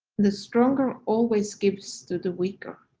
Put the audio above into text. the stronger always gives to the weaker.